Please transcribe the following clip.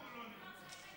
למה הוא לא נמצא?